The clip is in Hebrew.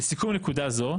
לסיכום נקודה זו.